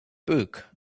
book